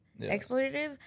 exploitative